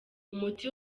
umuti